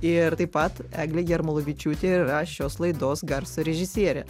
ir taip pat eglė jarmolavičiūtė ir yra šios laidos garso režisierė